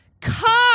car